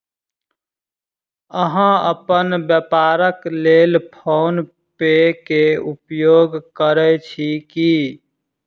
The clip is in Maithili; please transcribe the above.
अहाँ अपन व्यापारक लेल फ़ोन पे के उपयोग करै छी की?